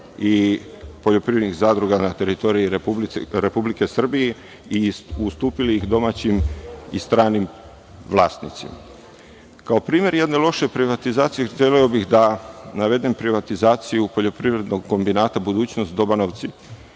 i poljoprivrednih zadruga na teritoriji Republike Srbije i ustupili domaćim i stranim vlasnicima. Kao primer jedne loše privatizacije, želeo bih da navedem privatizaciju Poljoprivrednog kombinata „Budućnost Dobanovci“